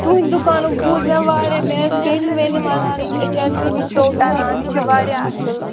تُہٕنٛدِ دُکانُک بوٗز مےٚ واریاہ مےٚ حظ بیٚنہِ ویٚنہِ وَنان یہِ چھِ أسۍ چھِ أمۍ سٕی نِش ژوٚٹ وُوٹ اَنان یہِ چھِ واریاہ اَصٕل